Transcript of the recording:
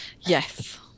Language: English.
Yes